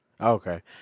Okay